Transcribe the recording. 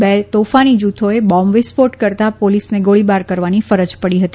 બે તોફાની જૂથોએ બોંબવિસ્ફોટ કરતાં પોલીસને ગોળીબાર કરવાની ફરજ પડી હતી